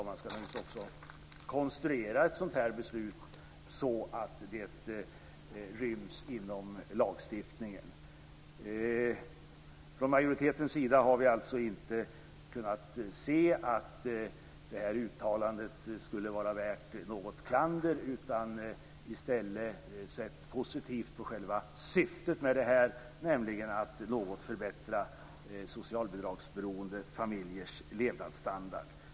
De ska naturligtvis också konstruera ett sådant här beslut så att det ryms inom lagstiftningen. Från majoritetens sida har vi alltså inte kunnat se att statsministerns uttalande skulle vara värt något klander utan i stället sett positivt på själva syftet med det, nämligen att något förbättra socialbidragsberoende familjers levnadsstandard.